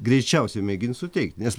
greičiausiai mėgins suteikt nes